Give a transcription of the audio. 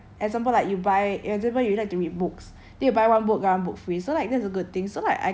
it feels like a good thing like anything like example like you buy example you like to read books